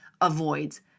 avoids